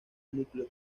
núcleo